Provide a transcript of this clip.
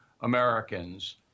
Americans